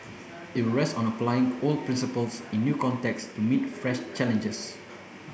it will rest on applying old principles in new contexts to meet fresh challenges